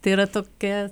tai yra tokia